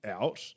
out